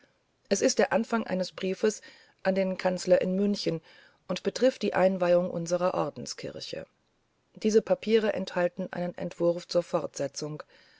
es ist der anfang eines briefes an den kanzler in münchen und betrifft die einweihung unserer ordenskirche diese papiere enthalten einen entwurf zur fortsetzung